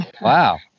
Wow